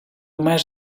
меш